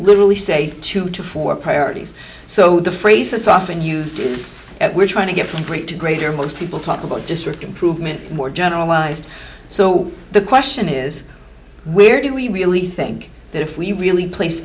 literally say two to four priorities so the phrase that's often used is that we're trying to get from great to greater most people talking district improvement more generalized so the question is where do we really think that if we really place